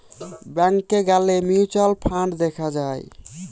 ব্যাংকে গ্যালে mutual fund দেখা যায়